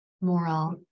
moral